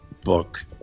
book